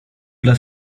dla